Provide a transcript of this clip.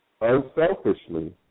unselfishly